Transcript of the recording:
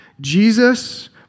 Jesus